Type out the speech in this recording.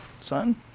Son